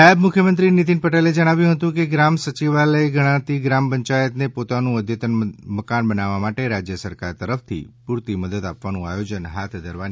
નાયબ મુખ્યમંત્રી નીતિનભાઇ પટેલે જણાવ્યુ હતું કે ગ્રામ સચિવાલય ગણાતી ગ્રામ પંચાયતને પોતાનું અદ્યતન મકાન બનાવવા માટે રાજય સરકાર તરફ થી પૂરતી મદદ આપવાનું આયોજન હાથ ધરવાની તૈયારી સરકારે કરી લીધી છે